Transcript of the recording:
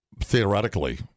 Theoretically